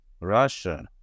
Russia